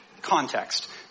context